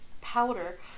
powder